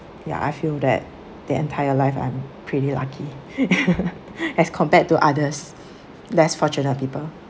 ya I feel that the entire life I'm pretty lucky as compared to others less fortunate people